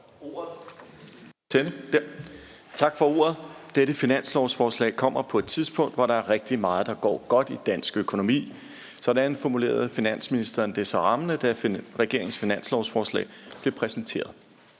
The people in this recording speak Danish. Tak for ordet. Dette finanslovsforslag kommer på et tidspunkt, hvor der er rigtig meget, der går godt i dansk økonomi. Sådan formulerede finansministeren det så rammende, da regeringens finanslovsforslag blev præsenteret.